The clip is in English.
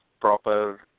proper